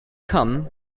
come